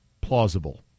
plausible